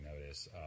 notice